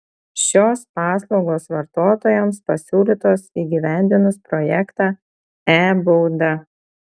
šios paslaugos vartotojams pasiūlytos įgyvendinus projektą e bauda